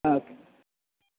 ആ ഓക്കെ